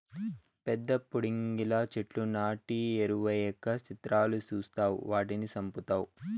పెద్ద పుడింగిలా చెట్లు నాటి ఎరువెయ్యక సిత్రాలు సూస్తావ్ వాటిని సంపుతావ్